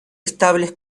estables